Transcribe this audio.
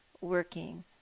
working